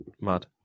mad